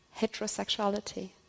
heterosexuality